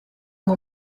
ngo